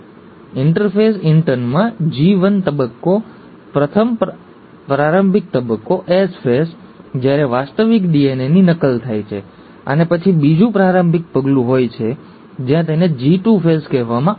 interphase ઈન્ટર્નમાં જી1 તબક્કો પ્રથમ પ્રારંભિક તબક્કો એસ ફેઝ જ્યારે વાસ્તવિક ડીએનએ નકલ થાય છે અને પછી બીજું પ્રારંભિક પગલું હોય છે જ્યાં તેને જી2 ફેઝ કહેવામાં આવે છે